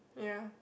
ya